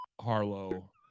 harlow